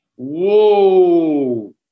Whoa